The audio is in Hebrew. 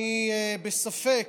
אני בספק,